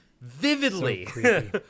vividly